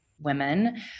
women